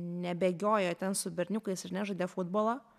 nebėgiojo ten su berniukais ir nežaidė futbolo